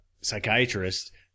psychiatrist